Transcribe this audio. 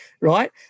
right